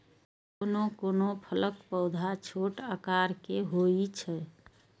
कोनो कोनो फलक पौधा छोट आकार के होइ छै